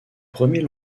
premier